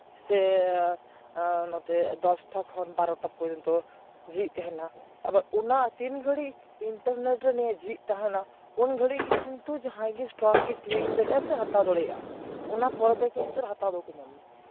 ᱥᱮ ᱱᱚᱛᱮ ᱫᱚᱥᱴᱟ ᱠᱷᱚᱱ ᱵᱟᱨᱚᱴᱟ ᱯᱚᱨᱡᱚᱱᱛᱚ ᱡᱷᱤᱡ ᱛᱟᱦᱮᱱᱟ ᱟᱵᱟᱨ ᱚᱱᱟ ᱛᱤᱱ ᱜᱷᱟᱹᱲᱤᱡ ᱤᱱᱴᱟᱨᱱᱮᱴ ᱨᱮ ᱱᱤᱭᱟᱹ ᱡᱷᱤᱡ ᱛᱟᱦᱮᱱᱟ ᱩᱱ ᱜᱷᱟᱹᱲᱤᱡ ᱜᱮ ᱠᱤᱱᱛᱩ ᱡᱟᱦᱟᱸᱭ ᱜᱮ ᱥᱴᱚᱠᱮᱭ ᱠᱤᱨᱤᱧ ᱫᱟᱲᱮᱭᱟᱜᱼᱟ ᱥᱮᱭ ᱦᱟᱛᱟᱣ ᱫᱟᱲᱮᱭᱟᱜᱼᱟ ᱚᱱᱟ ᱯᱚᱨ ᱫᱚ ᱠᱤᱱᱛᱩ ᱦᱟᱛᱟᱣ ᱵᱟᱠᱚ ᱧᱟᱢᱟ